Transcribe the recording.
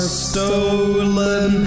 stolen